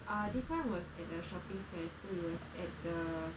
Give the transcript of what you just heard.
this [one] was at the shopping festival so it was at the